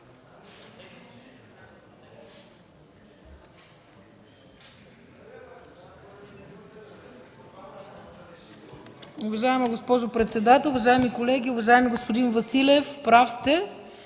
Уважаема госпожо председател, уважаеми колеги! Уважаеми господин Василев, прав сте.